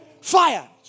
fire